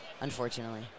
unfortunately